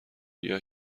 گیاه